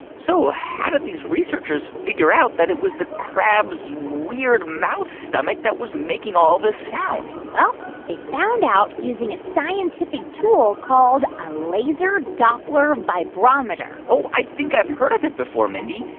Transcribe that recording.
so how did these researchers figure out that it was the crab's weird mouth stomach that was making all this sound? well, they found out using a scientific tool called a laser doppler vibrometer oh, i think i've heard of it before, mindy.